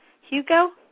Hugo